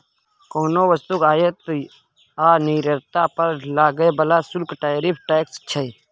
कोनो वस्तुक आयात आ निर्यात पर लागय बला शुल्क टैरिफ टैक्स छै